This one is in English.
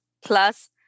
plus